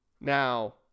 now